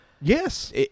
Yes